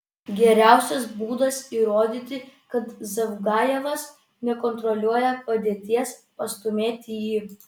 geriausias būdas įrodyti kad zavgajevas nekontroliuoja padėties pastūmėti jį